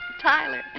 Tyler